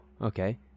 okay